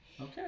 okay